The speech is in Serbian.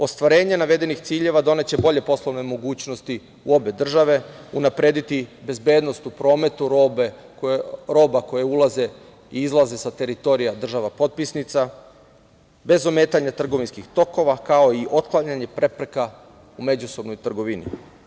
Ostvarenje navedenih ciljeva doneće bolje poslovne mogućnosti u obe države, unaprediti bezbednost u prometu roba koje ulaze i izlaze sa teritorija država potpisnica, bez ometanja trgovinskih tokova, kao i otklanjanje prepreka u međusobnoj trgovini.